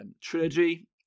trilogy